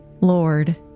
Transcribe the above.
Lord